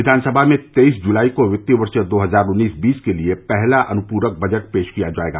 विधान सभा में तेईस जुलाई को वित्तीय वर्श दो हजार उन्नीस बीस के लिए पहला अनुपूरक बजट पेष किया जायेगा